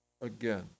again